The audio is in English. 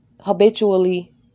habitually